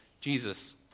Jesus